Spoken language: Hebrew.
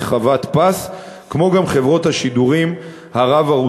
לרבות לבקשת כוחות הביטחון.